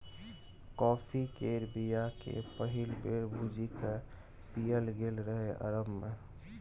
coffee केर बीया केँ पहिल बेर भुजि कए पीएल गेल रहय अरब मे